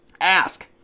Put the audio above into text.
Ask